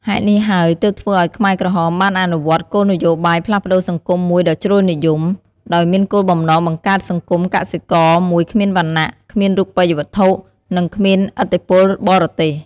ហេតុនេះហើយទើបធ្វើឲ្យខ្មែរក្រហមបានអនុវត្តគោលនយោបាយផ្លាស់ប្ដូរសង្គមមួយដ៏ជ្រុលនិយម ដោយមានគោលបំណងបង្កើតសង្គមកសិករមួយគ្មានវណ្ណៈ គ្មានរូបិយវត្ថុ និងគ្មានឥទ្ធិពលបរទេស។